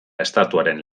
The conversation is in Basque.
estatuaren